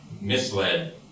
misled